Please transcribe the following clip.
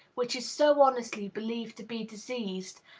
which is so honestly believed to be diseased,